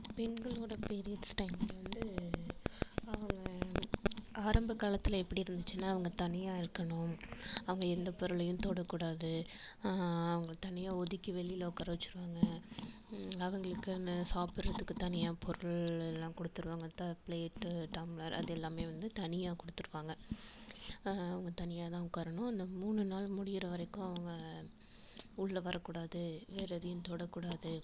பெண்களோடய periods டைமில் வந்து அவங்க ஆரம்பக் காலத்தில் எப்படி இருந்துச்சுன்னால் அவங்க தனியாக இருக்கணும் அவங்க எந்தப் பொருளையும் தொடக்கூடாது அவங்க தனியாக ஒதுக்கி வெளியில உட்கார வச்சுருவாங்க அவங்களுக்குன்னு சாப்புடறதுக்கு தனியாக பொருள் எல்லாம் கொடுத்துருவாங்க த ப்ளேட்டு டம்ளர் அது எல்லாமே வந்து தனியாக கொடுத்துருவாங்க அவங்க தனியாக தான் உட்காரணும் அந்த மூணு நாள் முடியுற வரைக்கும் அவங்க உள்ளே வரக்கூடாது வேறு எதையும் தொடக்கூடாது